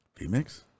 vmix